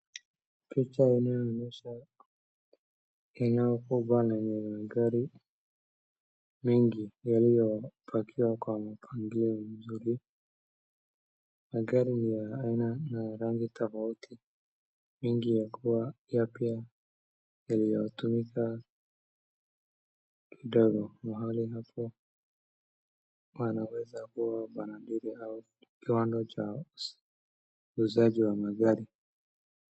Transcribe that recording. Picha inaonyesha eneo kubwa lenye magari mengi yaliyopakiwa kwa mpangilio mzuri. Magari ni ya aina na rangi tofauti. Mengi yakiwa mapya yaliyotumika kidogo. Mahali hapa wanaweza kuwa wanadili au kiwanda cha uuzaji wa magari.